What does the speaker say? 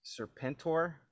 Serpentor